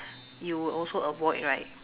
you would also avoid right